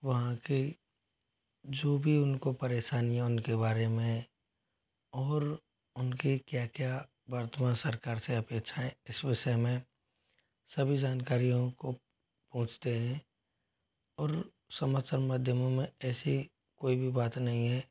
वहाँ के जो भी उनको परेशानी है उनके बारे में और उनके क्या क्या वर्तमान सरकार से अपेक्षाएँ इस विषय में सभी जानकारियों को पूछते हैं और समाचार माध्यमों में ऐसी कोई भी बात नहीं है